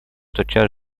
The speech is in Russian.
тотчас